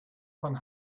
von